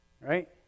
Right